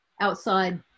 outside